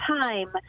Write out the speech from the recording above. time